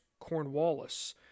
Cornwallis